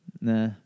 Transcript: Nah